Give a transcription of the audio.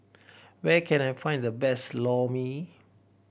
where can I find the best Lor Mee